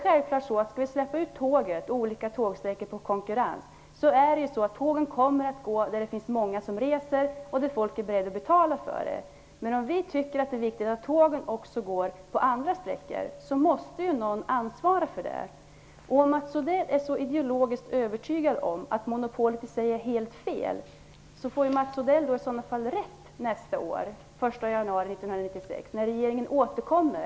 Skall vi släppa ut olika tågsträckor på konkurrens kommer tågen självfallet att gå där det finns många som reser och är beredda att betala för det. Men om vi tycker att det är viktigt att tågen går också på andra sträckor, måste någon ansvara för det. Om Mats Odell är så ideologisk övertygad om att monopol i sig är helt fel, får han kanske rätt nästa år, när regeringen återkommer.